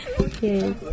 Okay